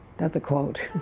that's a quote